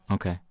ok.